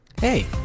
Hey